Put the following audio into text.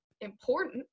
important